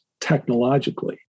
technologically